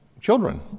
children